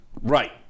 Right